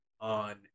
on